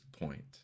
point